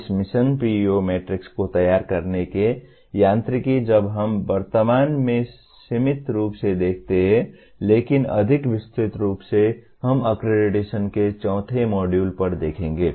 इस mission PEO matrix को तैयार करने के यांत्रिकी जब हम वर्तमान में सीमित रूप से देखते हैं लेकिन अधिक विस्तृत रूप से हम अक्रेडिटेशन के चौथे मॉड्यूल पर देखेंगे